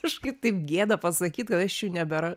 kažkaip taip gėda pasakyt kad aš jų nebera